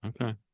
okay